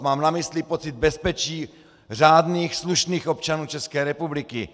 Mám na mysli pocit bezpečí řádných, slušných občanů České republiky!